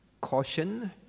caution